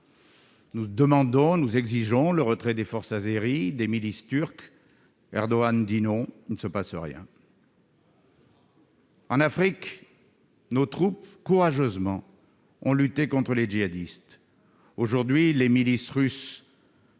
Nous demandons, nous exigeons le retrait des forces des milices turc Erdogan dit non, il ne se passe rien. En cours. En Afrique, nos troupes courageusement ont lutté contre les jihadistes aujourd'hui les milices russe.